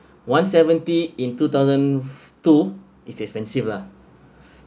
one seventy in two thousand two is expensive lah